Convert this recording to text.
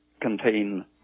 contain